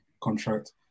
contract